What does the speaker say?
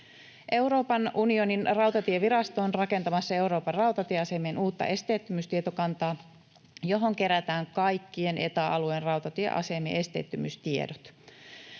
Euroopan unionin rautatievirasto on rakentamassa Euroopan rautatieasemien uutta esteettömyystietokantaa, johon kerätään kaikkien Eta-alueen rautatieasemien esteettömyystiedot.